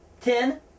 ten